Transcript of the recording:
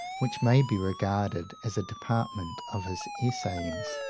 which may be regarded as a department of his essays.